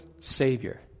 Savior